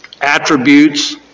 attributes